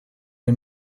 est